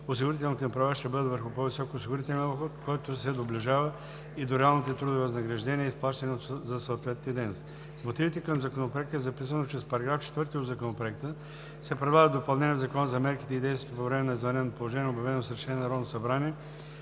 осигурителните им права ще бъдат върху по-висок осигурителен доход, който се доближава и до реалните трудови възнаграждения, изплащани за съответните дейности. В мотивите към Законопроекта е записано, че с § 4 от Законопроекта се предлагат допълнения в Закона за мерките и действията по време на извънредното положение, обявено с решение на Народното събрание